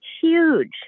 huge